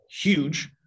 huge